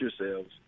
yourselves